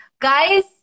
Guys